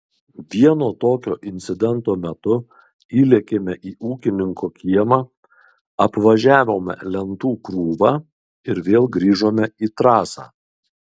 vieno tokio incidento metu įlėkėme į ūkininko kiemą apvažiavome lentų krūvą ir vėl grįžome į trasą